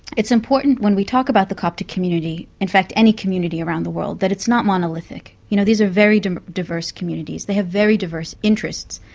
it's important, when we talk about the coptic community, in fact, any community around the world, that it's not monolithic. you know these are very diverse diverse communities they have very diverse interests.